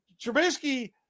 Trubisky